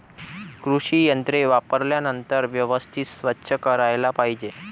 कृषी यंत्रे वापरल्यानंतर व्यवस्थित स्वच्छ करायला पाहिजे